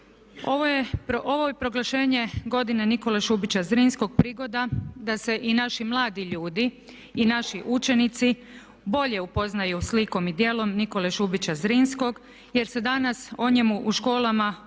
Ovo proglašenje godine Nikole Šubića Zrinskog je prigoda da se i naši mladi ljudi i naši učenici bolje upoznaju s likom i djelom Nikole Šubića Zrinskog jer se danas o njemu u školama uči